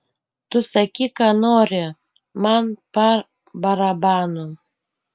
tu sakyk ką nori man pa barabanu